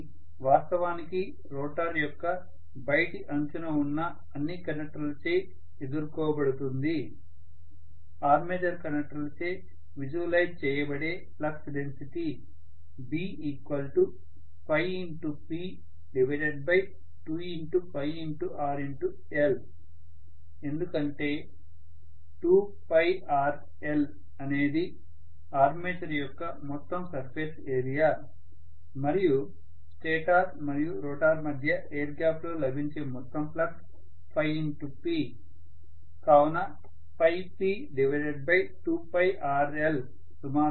ఇది వాస్తవానికి రోటర్ యొక్క బయటి అంచున ఉన్న అన్ని కండక్టర్లచే ఎదుర్కో బడుతుంది ఆర్మేచర్ కండక్టర్లచే విజువలైజ్ చేయబడే ఫ్లక్స్ డెన్సిటీ B P2rl ఎందుకంటే 2rl అనేది ఆర్మేచర్ యొక్క మొత్తం సర్ఫేస్ ఏరియా మరియు స్టేటార్ మరియు రోటర్ మధ్య ఎయిర్ గ్యాప్ లో లభించే మొత్తం ఫ్లక్స్ ϕP కావున P2rl సుమారుగా ఫ్లక్స్ డెన్సిటీ B అవుతుంది